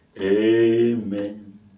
amen